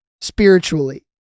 spiritually